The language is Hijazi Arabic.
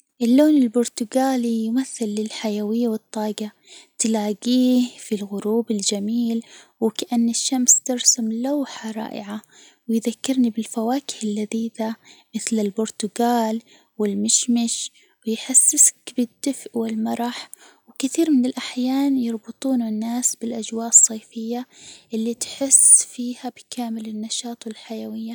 اللون البرتجالي يمثل الحيوية والطاجة، تلاجيه في الغروب الجميل وكأن الشمس ترسم لوحة رائعة، ويذكرني بالفواكه اللذيذة مثل البرتجال والمشمش، ويحسسك بالدفء، والمرح ، وكثير من الأحيان يربطونه الناس بالأجواء الصيفية اللي تحس فيها بكامل النشاط والحيوية.